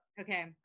Okay